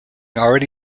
already